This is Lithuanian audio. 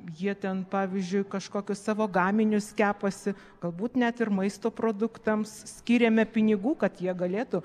jie ten pavyzdžiui kažkokius savo gaminius kepasi galbūt net ir maisto produktams skiriame pinigų kad jie galėtų